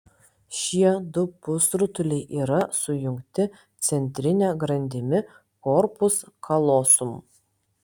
šie du pusrutuliai yra sujungti centrine grandimi korpus kalosum